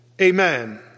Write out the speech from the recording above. Amen